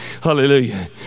Hallelujah